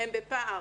הם בפער